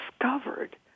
discovered